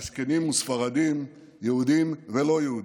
אשכנזים וספרדים, יהודים ולא יהודים,